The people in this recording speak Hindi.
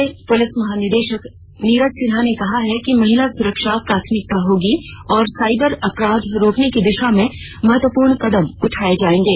झारखंड के नए पुलिस महानिदेशक नीरज सिन्हा ने कहा है कि महिला की सुरक्षा प्राथमिकता होगी और साइबर अपराध रोकने की दिशा में महत्वपूर्ण कदम उठाए जाएंगे